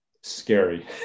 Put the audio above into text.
scary